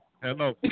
Hello